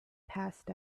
passed